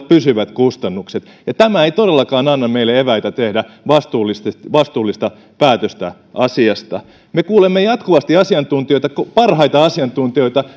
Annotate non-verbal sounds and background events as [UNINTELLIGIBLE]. [UNINTELLIGIBLE] pysyvät kustannukset tämä ei todellakaan anna meille eväitä tehdä vastuullista vastuullista päätöstä asiasta me kuulemme jatkuvasti parhaita asiantuntijoita [UNINTELLIGIBLE]